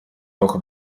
doch